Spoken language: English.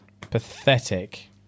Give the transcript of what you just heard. pathetic